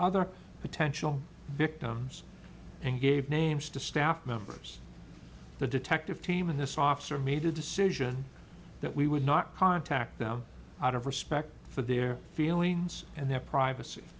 other potential victims and gave names to staff members the detective team in this officer made a decision that we would not contact them out of respect for their feelings and their privacy